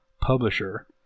publisher